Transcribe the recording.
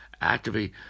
Activate